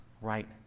right